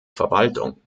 verwaltung